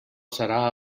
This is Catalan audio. serà